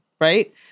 right